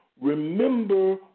Remember